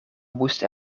moesten